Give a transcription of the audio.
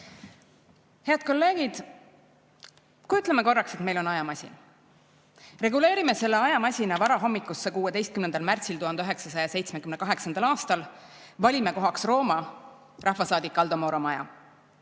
Head kolleegid! Kujutleme korraks, et meil on ajamasin. Reguleerime selle ajamasina varahommikusse 16. märtsil 1978. aastal. Valime kohaks Rooma, rahvasaadik Aldo Moro maja.